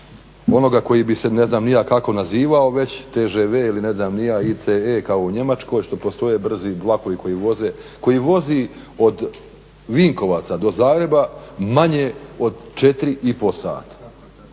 onoga koji bi se ne znam ni ja kako nazivao već tžv ili ne znam ni ja ice kao u Njemačkoj što postoje brzi vlakovi koji vozi od Vinkovaca do Zagreba manje od 4,5 sata,